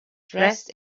dressed